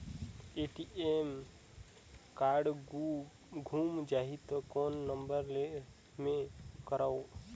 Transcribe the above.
ATM card गुम जाही त कौन नम्बर मे करव?